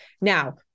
now